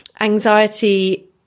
anxiety